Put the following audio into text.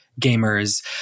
gamers